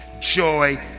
joy